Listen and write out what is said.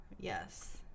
yes